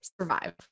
survive